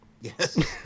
Yes